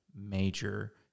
major